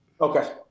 Okay